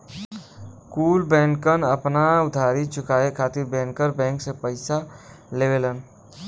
कुल बैंकन आपन उधारी चुकाये खातिर बैंकर बैंक से पइसा लेवलन